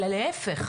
אלא להיפך.